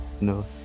No